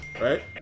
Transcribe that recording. Right